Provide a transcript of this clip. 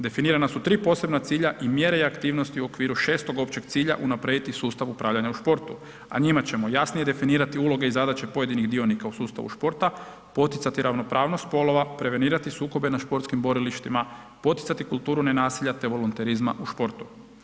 Definirana su 3 posebna cilja i mjere i aktivnosti u okviru šestog općeg cilja unaprijediti sustav upravljanja u športu, a njima ćemo jasnije definirati uloge i zadaće pojedinih dionika u sustavu športa, poticati ravnopravnost spolova, prevenirati sukobe na športskim borilištima, poticati kulturu nenasilja, te volonterizma u športu.